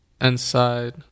inside